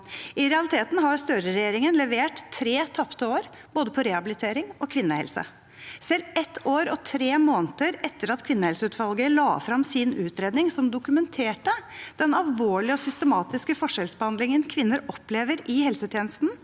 I realiteten har Støre-regjeringen levert tre tapte år på både rehabilitering og kvinnehelse. Selv ett år og tre måneder etter at kvinnehelseutvalget la frem sin utredning, som dokumenterte den alvorlige og systematiske forskjellsbehandlingen kvinner opplever i helsetjenesten,